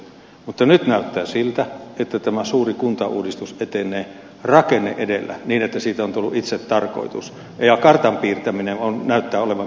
mutta nyt näyttää siltä että tämä suuri kuntauudistus etenee rakenne edellä niin että siitä on tullut itsetarkoitus ja kartan piirtäminen näyttää olevan pääasia